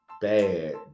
bad